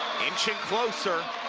inching closer